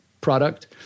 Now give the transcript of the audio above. product